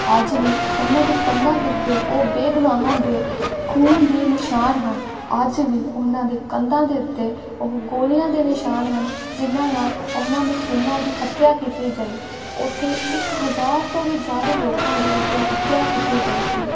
ਅੱਜ ਵੀ ਉਹਨਾਂ ਦੀ ਕੰਧਾਂ ਦੇ ਉੱਤੇ ਉਹ ਬੇਗੁਨਾਹਾਂ ਦੇ ਖੂਨ ਦੇ ਨਿਸ਼ਾਨ ਹਨ ਅੱਜ ਵੀ ਉਹਨਾਂ ਦੇ ਕੰਧਾਂ ਦੇ ਉੱਤੇ ਉਹ ਗੋਲੀਆਂ ਦੇ ਨਿਸ਼ਾਨ ਹਨ ਜਿਨ੍ਹਾਂ ਨਾਲ ਉਹਨਾਂ ਮਾਸੂਮਾਂ ਦੀ ਹੱਤਿਆ ਕੀਤੀ ਗਈ ਉੱਥੇ ਇੱਕ ਹਜ਼ਾਰ ਤੋਂ ਵੀ ਜ਼ਿਆਦਾ ਲੋਕਾਂ ਦੀ ਉਸ ਦਿਨ ਹੱਤਿਆ ਕੀਤੀ ਗਈ ਸੀ